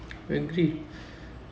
pantry